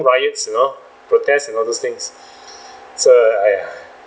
riots you know protests and all those things so !aiya!